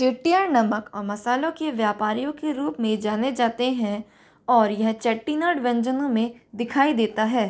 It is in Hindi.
चेट्टियार नमक और मसालों के व्यापारियों के रूप मे जाने जाते हैं और यह चेट्टिनड व्यंजनों में दिखाई देता है